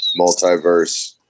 multiverse